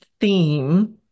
theme